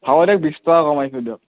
হ'ব দিয়ক বিছ টকা কমাইছোঁ দিয়ক